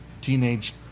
teenage